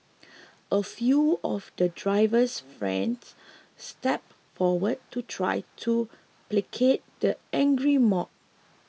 a few of the driver's friends stepped forward to try to placate the angry mob